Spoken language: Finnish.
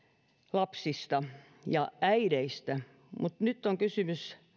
lapsista ja äideistä mutta nyt on kysymys